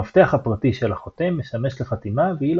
המפתח הפרטי של החותם משמש לחתימה ואילו